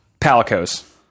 Palicos